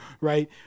right